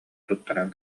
туттаран